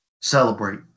celebrate